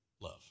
love